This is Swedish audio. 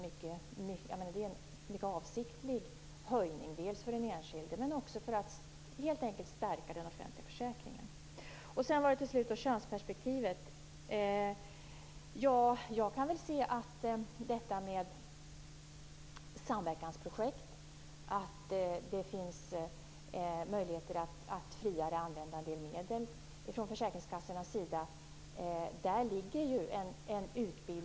Det är en avsiktlig höjning dels för den enskilde, dels för att helt enkelt stärka den offentliga försäkringen. Slutligen till könsperspektivet: Genom samverkansprojekt finns det möjligheter för försäkringskassorna att använda en del medel friare.